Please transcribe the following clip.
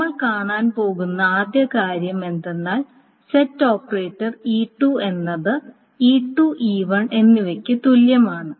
നമ്മൾ കാണാൻ പോകുന്ന ആദ്യ കാര്യം എന്തെന്നാൽ സെറ്റ് ഓപ്പറേറ്റർ E2 എന്നത് E2 E1 എന്നിവയ്ക്ക് തുല്യമാണ്